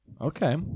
okay